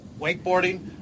wakeboarding